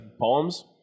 poems